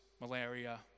Malaria